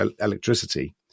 electricity